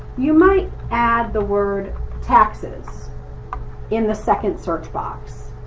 you might add the word taxes in the second search box.